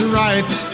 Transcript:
right